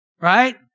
Right